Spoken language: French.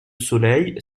soleil